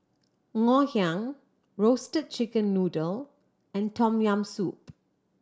Ngoh Hiang Roasted Chicken Noodle and Tom Yam Soup